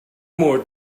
more